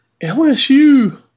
LSU